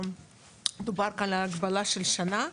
דובר כאן על הגבלה של שנה.